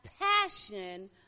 passion